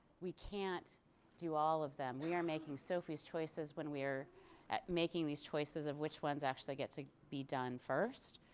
we can't do all of them. we are making sophie's choices when we are making these choices of which ones actually get to be done first.